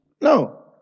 no